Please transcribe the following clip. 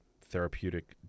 therapeutic